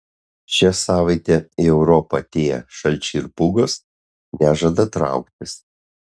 šią savaitę į europą atėję šalčiai ir pūgos nežada trauktis